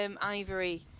Ivory